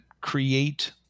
create